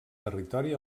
territori